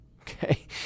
Okay